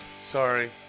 sorry